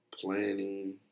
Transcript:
planning